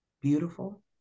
beautiful